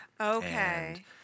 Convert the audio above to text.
Okay